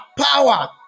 power